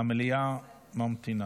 המליאה ממתינה.